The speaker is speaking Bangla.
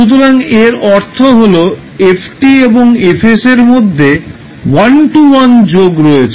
সুতরাং এর অর্থ হল fএবং Fএর মধ্যে ওয়ান টু ওয়ান যোগাযোগ রয়েছে